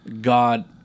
God